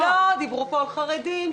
דיברו פה על חרדים.